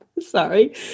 Sorry